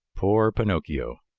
poor pinocchio!